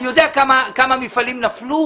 אני יודע כמה מפעלים נפלו.